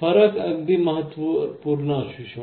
फरक अगदी महत्त्वपूर्ण असू शकतो